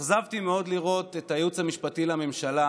התאכזבתי מאוד לראות את הייעוץ המשפטי לממשלה